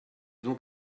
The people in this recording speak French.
donc